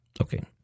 Okay